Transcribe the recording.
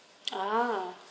ah